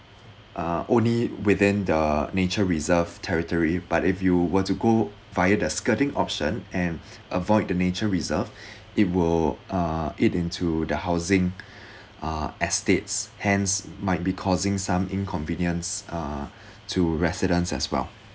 uh only within the nature reserve territory but if you were to go via the skirting option and avoid the nature reserve it will uh eat into the housing uh estates hence might be causing some inconvenience uh to residents as well